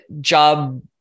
job